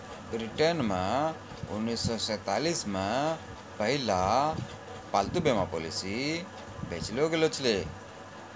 ब्रिटेनो मे उन्नीस सौ सैंतालिस मे पहिला पालतू बीमा पॉलिसी बेचलो गैलो छलै